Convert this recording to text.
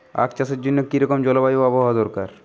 আখ চাষের জন্য কি রকম জলবায়ু ও আবহাওয়া দরকার?